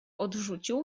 odrzucił